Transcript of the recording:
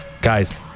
Guys